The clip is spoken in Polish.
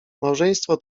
małżeństwo